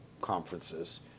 conferences